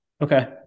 Okay